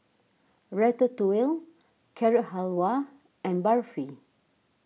Ratatouille Carrot Halwa and Barfi